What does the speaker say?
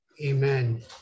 Amen